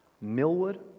Millwood